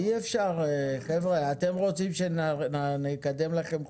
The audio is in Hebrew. אי אפשר, חבר'ה, אתם רוצים שנקדם לכם חוקים,